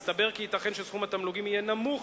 הסתבר כי ייתכן שסכום התמלוגים יהיה נמוך